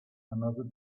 another